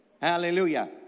Hallelujah